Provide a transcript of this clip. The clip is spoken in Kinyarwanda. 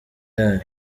yayo